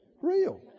real